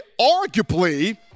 arguably